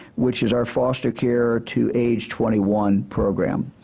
which is our foster care to age twenty one program.